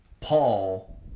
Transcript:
Paul